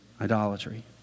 idolatry